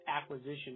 acquisition